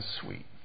sweet